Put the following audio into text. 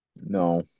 No